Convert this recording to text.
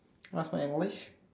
how's my English